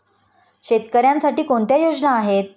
शेतकऱ्यांसाठी कोणत्या योजना आहेत?